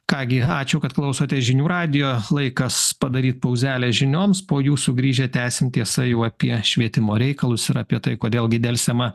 ką gi ačiū kad klausotės žinių radijo laikas padaryt pauzelę žinioms po jų sugrįžę tęsim tiesa jau apie švietimo reikalus ir apie tai kodėl gi delsiama